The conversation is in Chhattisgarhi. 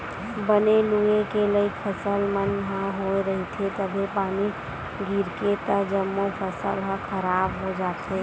बने लूए के लइक फसल मन ह होए रहिथे तभे पानी गिरगे त जम्मो फसल ह खराब हो जाथे